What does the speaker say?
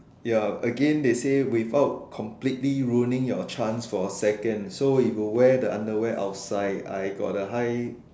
ya again they say without completely ruining your chance for a second so if you wear the underwear outside I got a high